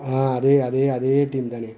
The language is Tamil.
ஆ அதே அதே அதே டீம் தாண்ணே